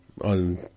on